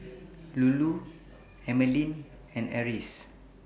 Lulu Emeline and Iris